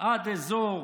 עד אזור